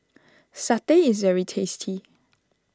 Satay is very tasty